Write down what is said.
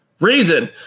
reason